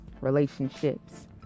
relationships